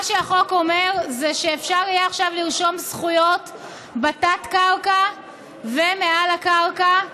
מה שהחוק אומר זה שאפשר יהיה עכשיו לרשום זכויות בתת-הקרקע ומעל הקרקע,